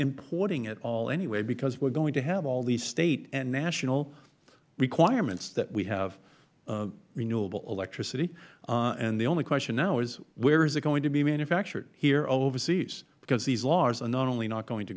importing it all anyway because we are going to have all these state and national requirements that we have renewable electricity and the only question now is where is it going to be manufactured here or overseas because these laws are not only not going to